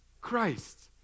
Christ